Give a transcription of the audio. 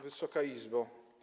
Wysoka Izbo!